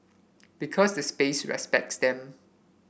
because the space respects them